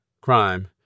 crime